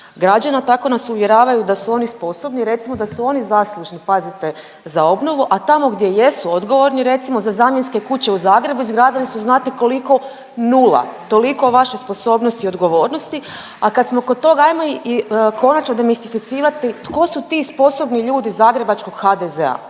građana, tako nas uvjeravaju da su oni sposobni, recimo da su oni zaslužni pazite na obnovu, a tamo gdje jesu odgovorni recimo za zamjenske kuće u Zagrebu, izgradili su znate koliko. Nula. Toliko o vašoj sposobnosti i odgovornosti. A kad smo kod toga ajmo i konačno demistificirati tko su ti sposobni ljudi zagrebačkog HDZ-a,